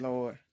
Lord